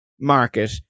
market